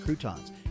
croutons